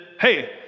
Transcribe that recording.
hey